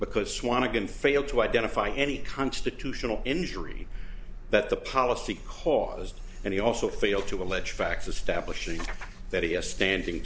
again failed to identify any constitutional injury that the policy caused and he also failed to allege facts establishing that he has standing